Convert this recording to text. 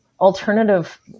alternative